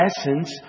essence